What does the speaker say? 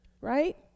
right